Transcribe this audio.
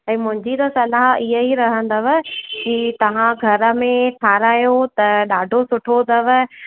भई मुंहिंजी त सलाह इहा ही रहंदव की तव्हां घर में ठाहिरायो त ॾाढो सुठो अथव